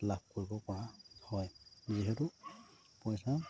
লাভ কৰিবপৰা হয় যিহেতু পইচা